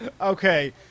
Okay